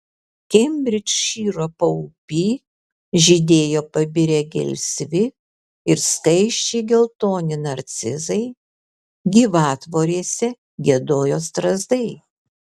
kembridžšyro paupy žydėjo pabirę gelsvi ir skaisčiai geltoni narcizai gyvatvorėse giedojo strazdai